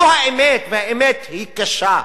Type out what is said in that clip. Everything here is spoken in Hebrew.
זו האמת, והאמת היא קשה.